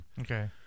Okay